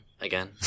again